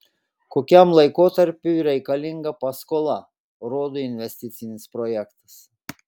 kokiam laikotarpiui reikalinga paskola rodo investicinis projektas